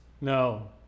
No